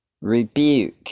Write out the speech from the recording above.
rebuke